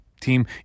team